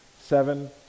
Seven